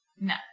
No